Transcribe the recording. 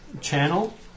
channel